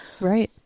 Right